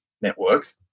network